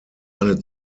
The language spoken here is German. eine